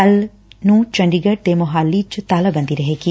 ਕੱਲ੍ਪ ਨੂੰ ਚੰਡੀਗੜ੍ਪ ਤੇ ਮੋਹਾਲੀ ਚ ਤਾਲਾਬੰਦੀ ਰਹੇਗੀ